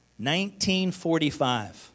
1945